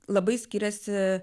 labai skiriasi